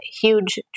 huge